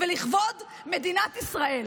ולכבוד מדינת ישראל,